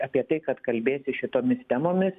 apie tai kad kalbėti šitomis temomis